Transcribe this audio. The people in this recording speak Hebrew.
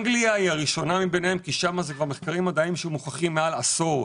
אנגליה היא הראשונה כי שם אלה כבר מחקרים מדעיים שמוכחים מעל עשור.